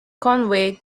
conway